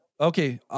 Okay